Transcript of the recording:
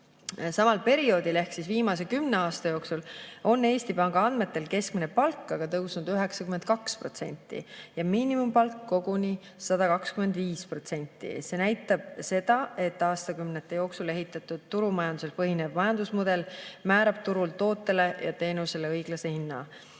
Samal perioodil ehk viimase kümne aasta jooksul on Eesti Panga andmetel keskmine palk tõusnud 92% ja miinimumpalk koguni 125%. See näitab, et aastakümnete jooksul ehitatud turumajandusel põhinev majandusmudel määrab turul tootele ja teenusele õiglase hinna.